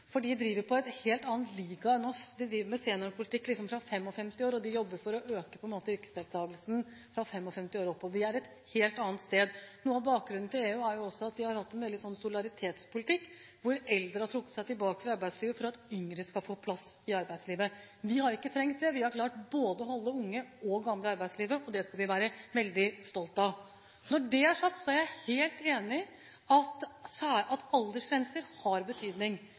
for de driver i en helt annen liga enn oss. De driver med seniorpolitikk fra 55 år, og de jobber for å øke yrkesdeltakelsen fra 55 år og oppover. Vi er et helt annet sted. Noe av bakgrunnen i EU er også at de har hatt en solidaritetspolitikk, hvor eldre har trukket seg tilbake fra arbeidslivet for at yngre skal få plass i arbeidslivet. Vi har ikke trengt det, vi har klart å holde både unge og gamle i arbeidslivet, og det skal vi være veldig stolt av. Når det er sagt, er jeg helt enig i at aldersgrenser har betydning.